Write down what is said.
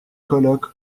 colloque